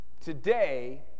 today